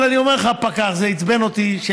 אבל אני אומר לך: פקח, זה עצבן אותי.